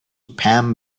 pam